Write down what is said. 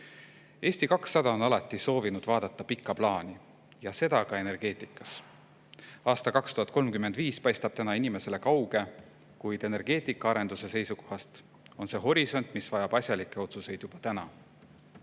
Eesti 200 on alati soovinud vaadata pikka plaani ja seda ka energeetikas. Aasta 2035 paistab täna inimesele kauge, kuid energeetikaarenduse seisukohast on see horisont, mis vajab asjalikke otsuseid juba täna.